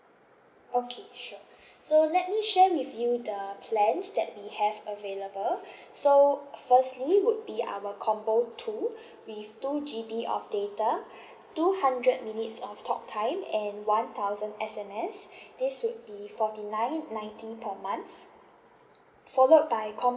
okay sure so let me share with you the plans that we have available so firstly would be our combo two with two G_B of data two hundred minutes of talk time and one thousand S_M_S this would be forty nine ninety per month followed by combo